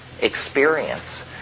experience